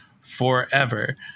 forever